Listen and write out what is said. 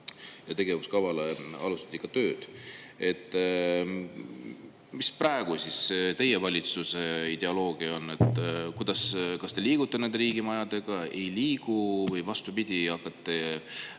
ja tegevuskavale alustati tööd. Mis praegu teie valitsuse ideoloogia on? Kas te liigute nende riigimajadega, ei liigu või vastupidi, hakkate